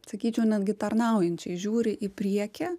sakyčiau netgi tarnaujančiai žiūri į priekį